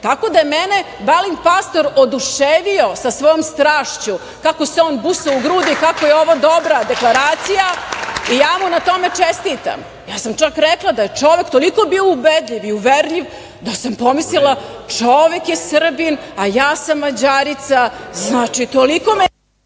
tako da je mene Balint Pastor oduševio sa svojom strašću, kako se on busa u grudi, kako je ovo dobra deklaracija i ja mu na tome čestitam. Ja sam čak rekla da je čovek toliko bio ubedljiv i uverljiv da sam pomislila da je čovek Srbin, a ja sam Mađarica. Znači, toliko me